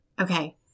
okay